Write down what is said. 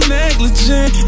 negligent